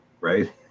right